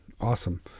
awesome